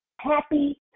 happy